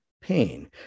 pain